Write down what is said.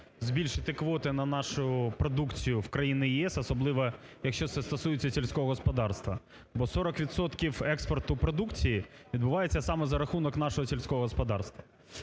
збільшити квоти на нашу продукцію в країни ЄС, особливо якщо це стосується сільського господарства, бо 40 відсотків експорту продукції відбувається саме за рахунок нашого сільського господарства